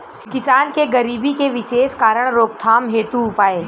किसान के गरीबी के विशेष कारण रोकथाम हेतु उपाय?